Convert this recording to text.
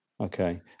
Okay